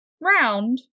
Round